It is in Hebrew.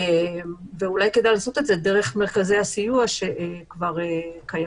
ואולי כדאי לעשות את זה דרך מרכזי הסיוע שכבר קיימים.